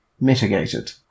Mitigated